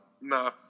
no